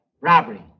Robbery